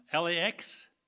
LAX